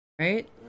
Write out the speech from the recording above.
right